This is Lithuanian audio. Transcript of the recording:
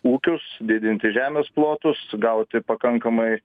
ūkius didinti žemės plotus gauti pakankamai